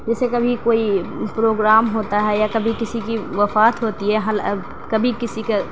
جیسے کبھی کوئی پروگرام ہوتا ہے یا کبھی کسی کی وفات ہوتی ہے اب کبھی کسی کا